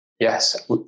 yes